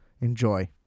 Enjoy